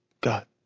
God